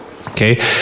Okay